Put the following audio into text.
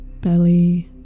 belly